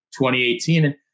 2018